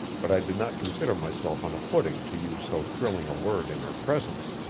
but i did not consider myself on a footing to use so thrilling a word in her presence.